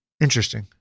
Interesting